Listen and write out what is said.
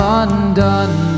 undone